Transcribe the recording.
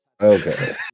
Okay